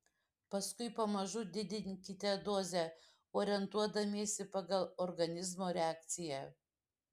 paskui pamažu didinkite dozę orientuodamiesi pagal organizmo reakciją